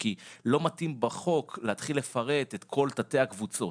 כי לא מתאים בחוק להתחיל לפרט את כל תתי הקבוצות.